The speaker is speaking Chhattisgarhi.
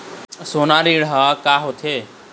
सोना ऋण हा का होते?